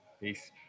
peace